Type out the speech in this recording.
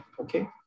okay